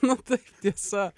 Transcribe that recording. nu tai tiesa